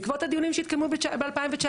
בעקבות הדיונים שהתקיימו ב-2019,